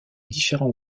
différents